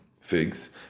figs